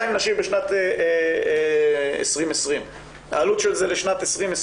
32 נשים בשנת 2020. העלות של זה לשנת 2020